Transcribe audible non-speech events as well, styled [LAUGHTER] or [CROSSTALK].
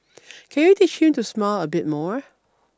[NOISE] can you teach him to smile a bit more